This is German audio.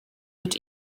wird